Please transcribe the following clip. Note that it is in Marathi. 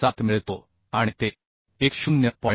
307 मिळतो आणि ते 1 0